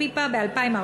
פיפ"א 2014,